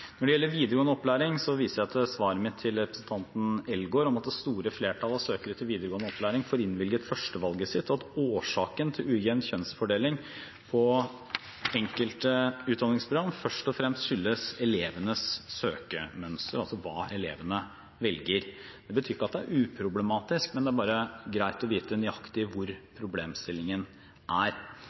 Når det gjelder videregående opplæring, viser jeg til mitt svar til representanten Eldegard om at det store flertallet av søkere til videregående opplæring får innvilget førstevalget sitt, og at årsaken til ujevn kjønnsfordeling på enkelte utdanningsprogram først og fremst skyldes elevenes søkemønster, altså hva elevene velger. Det betyr ikke at det er uproblematisk, men det er bare greit å vite nøyaktig hvor problemstillingen er.